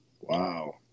wow